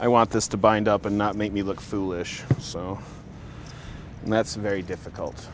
i want this to bind up and not make me look foolish and that's very difficult